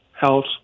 health